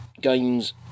games